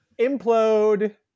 implode